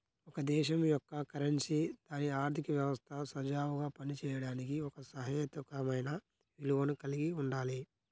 ఒక దేశం యొక్క కరెన్సీ దాని ఆర్థిక వ్యవస్థ సజావుగా పనిచేయడానికి ఒక సహేతుకమైన విలువను కలిగి ఉండాలి